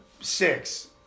six